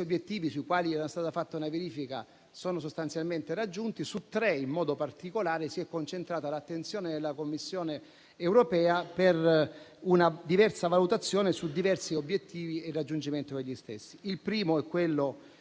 obiettivi, su cui è stata fatta una verifica, sono sostanzialmente raggiunti. Su tre in modo particolare si è concentrata l'attenzione della Commissione europea, per una diversa valutazione sui diversi obiettivi e sul loro raggiungimento. Il primo è quello